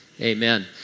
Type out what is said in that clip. amen